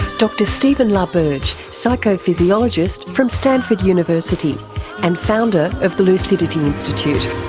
dr stephen la berge, psychophysiologist from stanford university and founder of the lucidity institute.